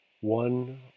one